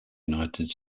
united